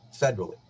federally